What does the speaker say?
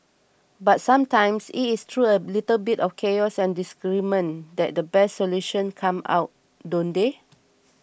but sometimes it is through a little bit of chaos and disagreement that the best solutions come about don't they